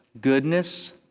goodness